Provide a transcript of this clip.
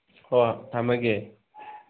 ꯍꯣꯏ ꯊꯝꯃꯒꯦ